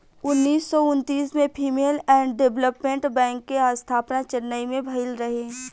उन्नीस सौ उन्तीस में फीमेल एंड डेवलपमेंट बैंक के स्थापना चेन्नई में भईल रहे